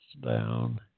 down